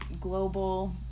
Global